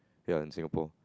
ya in Singapore